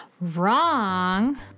wrong